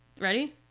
Ready